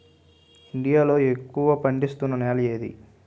India లో ఎక్కువ పండిస్తున్నా నేల ఏది?